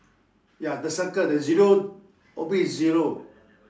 ya the circle the zero oblique zero